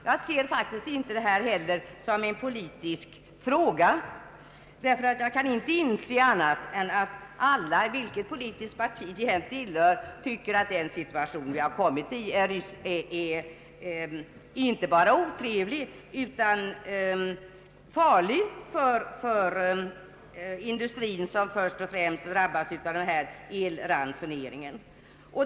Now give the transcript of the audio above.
Jag ser inte det här som en politisk fråga. Jag kan inte inse annat än att alla, vilket politiskt parti de än tillhör, tycker att den situation vi kommit i är inte bara otrevlig utan farlig för industrin, som först och främst drabbas av elransoneringen.